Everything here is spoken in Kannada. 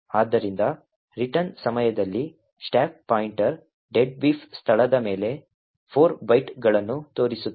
ಆದ್ದರಿಂದ ರಿಟರ್ನ್ ಸಮಯದಲ್ಲಿ ಸ್ಟಾಕ್ ಪಾಯಿಂಟರ್ "deadbeef" ಸ್ಥಳದ ಮೇಲೆ 4 ಬೈಟ್ಗಳನ್ನು ತೋರಿಸುತ್ತದೆ